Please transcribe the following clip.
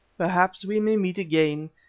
perhaps we may meet again,